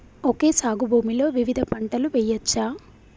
Okay సాగు భూమిలో వివిధ పంటలు వెయ్యచ్చా?